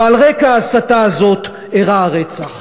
ועל רקע ההסתה הזאת אירע הרצח.